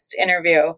interview